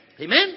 Amen